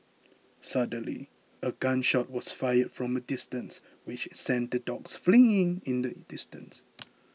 suddenly a gun shot was fired from a distance which sent the dogs fleeing in the distance